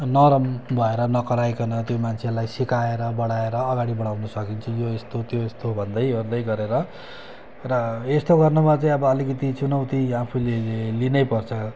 नरम भएर नकराइकन त्यो मान्छेलाई सिकाएर बढाएर अगाडि बढाउनु सकिन्छ यो यस्तो त्यो यस्तो भन्दै भन्दै गरेर र यस्तो गर्नुमा चाहिँ अब अलिकति चुनौती आफूले लिनैपर्छ